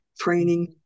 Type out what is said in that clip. training